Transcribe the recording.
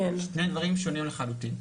אלה שני דברים שונים לחלוטין.